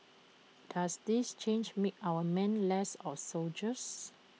does this change make our men less of soldiers